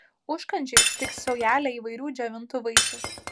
užkandžiui tiks saujelė įvairių džiovintų vaisių